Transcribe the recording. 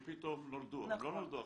הם לא נולדו עכשיו,